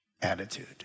attitude